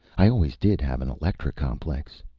i always did have an electra complex.